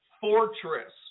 fortress